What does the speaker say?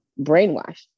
brainwashed